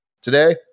today